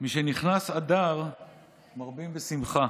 משנכנס אדר מרבין בשמחה,